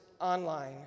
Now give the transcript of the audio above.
online